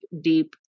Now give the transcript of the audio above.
deep